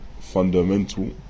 fundamental